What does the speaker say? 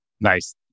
Nice